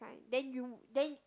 then you then